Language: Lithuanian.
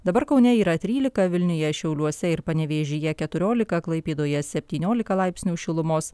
dabar kaune yra trylika vilniuje šiauliuose ir panevėžyje keturiolika klaipėdoje septyniolika laipsnių šilumos